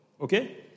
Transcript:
okay